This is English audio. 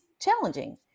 challenging